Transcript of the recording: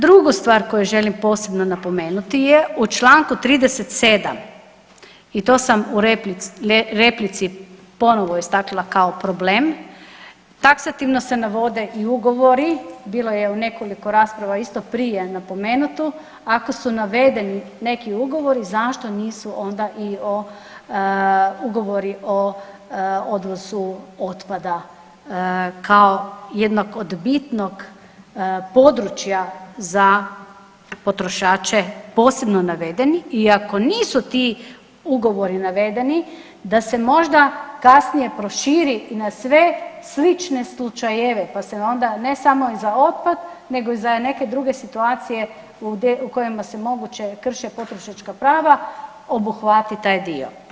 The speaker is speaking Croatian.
Drugu stvar koju želim posebno napomenuti je, u čl. 37. i to sam u replici ponovo istakla kao problem, taksativno se navode i ugovori, bilo je u nekoliko rasprava isto prije napomenuto, ako su navedeni neki ugovori zašto nisu onda i o, ugovori o odvozu otpada kao jednog od bitnog područja za potrošače posebno navedeni i ako nisu ti ugovori navedeni da se možda kasnije proširi na sve slične slučajeve, pa se onda ne samo i za otpad nego i za neke druge situacije u kojima se moguće krše potrošačka prava obuhvati taj dio.